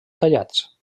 tallats